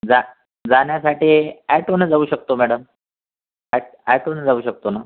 जा जाण्यासाठी अॅटोनं जाऊ शकतो मॅडम अॅट अॅटोनं जाऊ शकतो ना